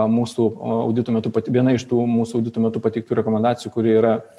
mūsų audito metu viena iš tų mūsų auditų metu pateiktų rekomendacijų kuri yra